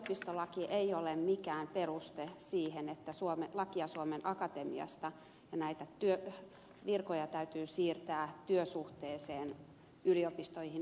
yliopistolaki ei ole mikään peruste sille että suomen akatemiasta näitä virkoja täytyy siirtää työsuhteeseen yliopistoihin